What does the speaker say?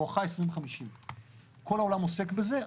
בואכה 2050. כל העולם עוסק בזה.